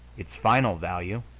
its final value,